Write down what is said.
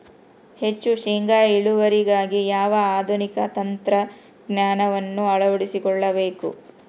ಹೆಚ್ಚು ಶೇಂಗಾ ಇಳುವರಿಗಾಗಿ ಯಾವ ಆಧುನಿಕ ತಂತ್ರಜ್ಞಾನವನ್ನು ಅಳವಡಿಸಿಕೊಳ್ಳಬೇಕು?